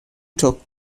took